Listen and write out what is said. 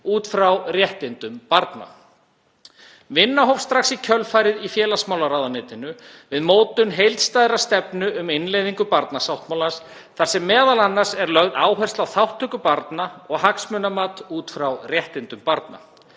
út frá réttindum barna. Vinna hófst strax í kjölfarið í félagsmálaráðuneytinu við mótun heildstæðrar stefnu um innleiðingu barnasáttmálans þar sem m.a. er lögð áhersla á þátttöku barna og hagsmunamat út frá réttindum barna.